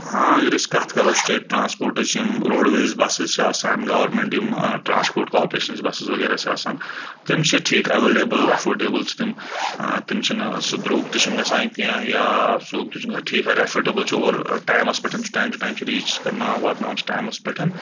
ہاں اَگر أسۍ کَتھ کَرو سٹیٹ ٹرانسپوٹٕچ یِم روڈ وییِز بسِز چھِ آسان گورمیٚنٹ یِم ٹرانسپوٹ کارپوریشنٕچ بسِز وغیرہ چھِ آسان تِم چھِ ٹھیٖک ایویلیبٕل ایٚفوڈیبل چھِ تِم تِم چھِنہٕ سُہ درٛوگ تہِ چھُنہٕ گژھان کینٛہہ یا سرٛوگ تہِ چھُنہٕ گژھان ٹھیٖک واریاہ ایٚفوڈیبل چھُ اور ٹایِمَس پٮ۪ٹھ چھ ٹایِم ٹُو ٹایِم چھُ ریٖچ کرٛناوَان واتناوان چھ ٹایِمَس پٮ۪ٹھ